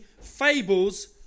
fables